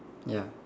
ya